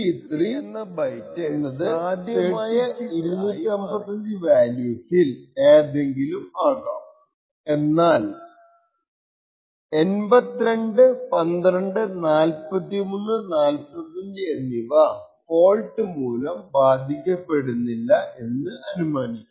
23 എന്ന ബൈറ്റ് സാധ്യമായ 255 വാല്യൂസിൽ ഏതെങ്കിലും ആകാം എന്നാൽ 88 12 43 45 എന്നിവ ഫോൾട്ട് മൂലം ബാധിക്കപ്പെടില്ല എന്ന അനുമാനിക്കാം